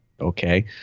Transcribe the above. okay